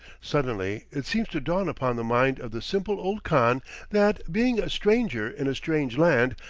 suddenly it seems to dawn upon the mind of the simple old khan that, being a stranger in a strange land,